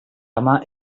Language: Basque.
ama